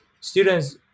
students